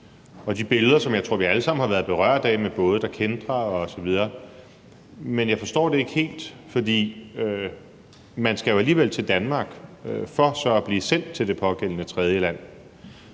Middelhavet. Jeg tror, vi alle sammen har været berørt af at se både, der kæntrer osv. Men jeg forstår det ikke helt, for man skal jo alligevel til Danmark for så at blive sendt til det pågældende tredjeland.